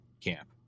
camp